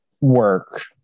work